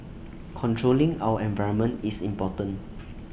controlling our environment is important